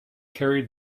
carried